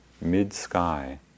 mid-sky